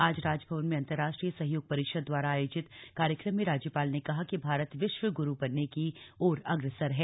आज राजभवन में अन्तर्राष्ट्रीय सहयोग परिषद् द्वारा आयोजित कार्यक्रम में राज्यपाल ने कहा भारत विश्व ग्रू बनने की ओर अग्रसर है